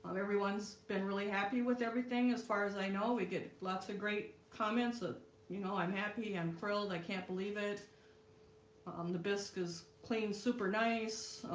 um everyone's been really happy with everything as far as i know we get lots of great comments ah you know, i'm happy i'm thrilled. i can't believe it um, the bisque is clean super nice.